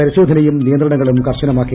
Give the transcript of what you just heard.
പരിശോധനയും നിയന്ത്രണങ്ങളും കർശനമാക്കി